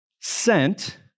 sent